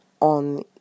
on